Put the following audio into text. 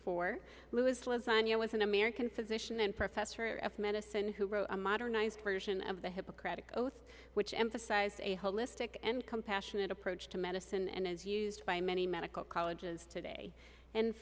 who is lasagna with an american physician and professor of medicine who wrote a modernized version of the hippocratic oath which emphasizes a holistic and compassionate approach to medicine and as used by many medical colleges today and